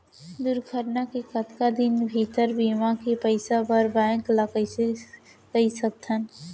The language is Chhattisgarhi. दुर्घटना के कतका दिन भीतर बीमा के पइसा बर बैंक ल कई सकथन?